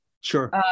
Sure